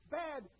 bad